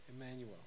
Emmanuel